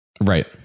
Right